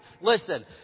Listen